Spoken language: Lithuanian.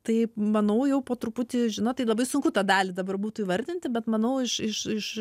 tai manau jau po truputį žino tai labai sunku tą dalį dabar būtų įvardinti bet manau iš iš iš